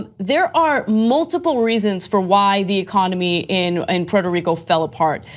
and there are multiple reasons for why the economy in and puerto rico fell apart.